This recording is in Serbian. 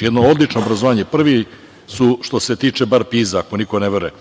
Jedno odlično obrazovanje, prvi su što se tiče bar Piza, ako niko ne veruje.